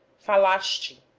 falasse